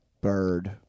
Bird